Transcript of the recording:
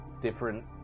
different